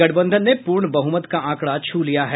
गठबंधन ने पूर्ण बहुमत का आंकड़ा छू लिया है